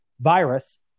virus